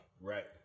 Right